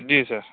جی سر